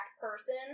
person